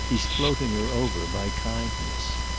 he's floating her over, by kindness.